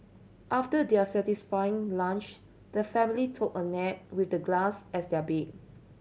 after their satisfying lunch the family took a nap with the grass as their bed